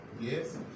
Yes